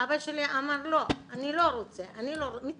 אבא שלי אמר: לא, אני לא רוצה, מתחנן,